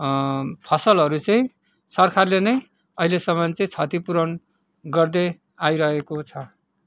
फसलहरू चाहिँ सरकारले नै अहिलेसम्म चाहिँ क्षतिपूरण गर्दै आइरहेको छ